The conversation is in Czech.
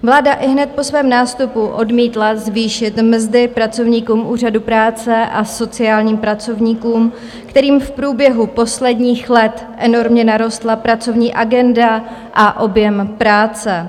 Vláda ihned po svém nástupu odmítla zvýšit mzdy pracovníkům úřadů práce a sociálním pracovníkům, kterým v průběhu posledních let enormně narostla pracovní agenda a objem práce.